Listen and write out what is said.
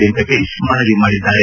ವೆಂಕಟೇಶ್ ಮನವಿ ಮಾಡಿದ್ದಾರೆ